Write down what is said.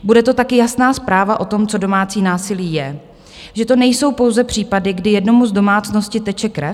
Bude to taky jasná zpráva o tom, co domácí násilí je, že to nejsou pouze případy, kdy jednomu z domácnosti teče krev.